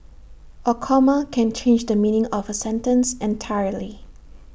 A comma can change the meaning of A sentence entirely